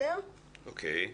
אוקיי.